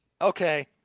okay